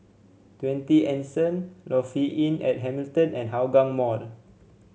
Twenty Anson Lofi Inn at Hamilton and Hougang Mall